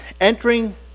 entering